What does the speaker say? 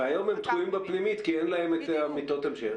והיום הם תקועים בפנימית כי אין להם מיטות המשך.